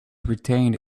retained